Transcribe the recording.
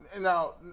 Now